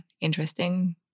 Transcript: interesting